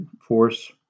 force